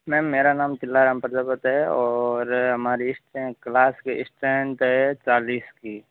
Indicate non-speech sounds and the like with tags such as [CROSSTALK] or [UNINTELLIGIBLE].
ma'am मेरा नाम केलाराम प्रजापत है और हमारी [UNINTELLIGIBLE] क्लास की इस्ट्रेनथ है चालीस की